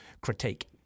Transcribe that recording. critique